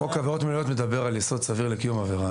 חוק עבירות מינהליות מדבר על יסוד סביר לקיום עבירה,